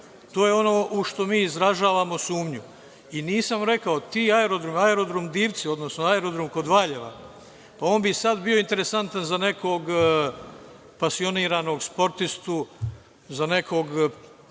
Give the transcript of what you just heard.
To je ono u šta mi izražavamo sumnju. I nisam rekao ti aerodromi, aerodrom „Divci“, odnosno aerodrom kod Valjeva, on bi sad bio interesantan za nekog pasioniranog sportistu, za nekog